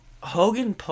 Hogan